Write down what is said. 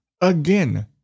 again